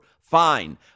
Fine